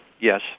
Yes